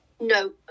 No